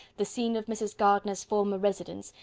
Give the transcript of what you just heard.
the scene of mrs. gardiner's former residence,